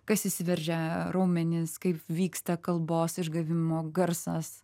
kas įsiveržia raumenys kaip vyksta kalbos išgavimo garsas